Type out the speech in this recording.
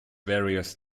various